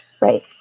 Right